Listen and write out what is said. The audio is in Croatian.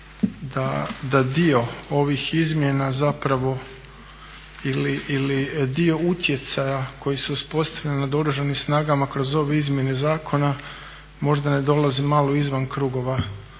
da dio ovih izmjena zapravo ili dio utjecaja koji su uspostavili nad Oružanim snagama kroz ove izmjene zakona možda ne dolazi malo izvan krugova